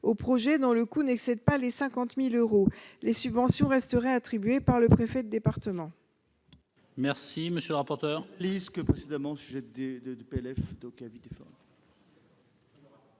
aux projets dont le coût n'excède pas 50 000 euros. Les subventions resteraient attribuées par le préfet de département.